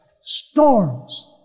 storms